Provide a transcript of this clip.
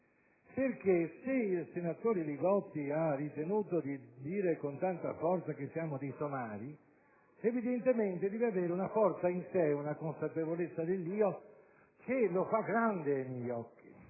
perché se il senatore Li Gotti ha ritenuto di dire con tanta forza che siamo dei somari, evidentemente deve avere una forza in sé e una consapevolezza dell'io che lo fa grande ai miei occhi.